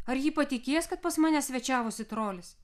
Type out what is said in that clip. ar ji patikės kad pas mane svečiavosi trolis